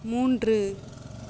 மூன்று